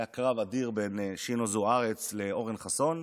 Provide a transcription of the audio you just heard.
היה קרב אדיר בין שינו זוארץ לאורן חסון.